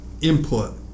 input